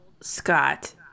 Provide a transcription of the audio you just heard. Scott